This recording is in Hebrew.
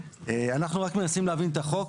אנחנו רק מנסים להבין את החוק.